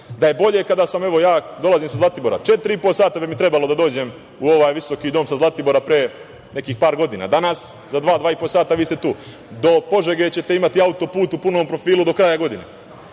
Da je bolje, evo, dolazim sa Zlatibora, 4,5 sata mi je trebalo da dođem u ovaj visoki dom sa Zlatibora, danas za dva 2,5 sata vi ste tu. Do Požege ćete imati auto-put u punom profilu do kraja godine. Mi